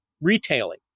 retailing